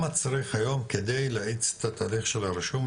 צריך היום כדי להאיץ את התהליך של הרישום,